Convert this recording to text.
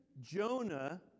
Jonah